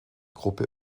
gruppe